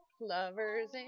Lovers